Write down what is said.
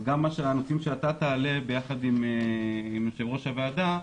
אז גם הנושאים שאהוד דודסון יעלה ביחד עם יושב-ראש הוועדה,